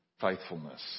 faithfulness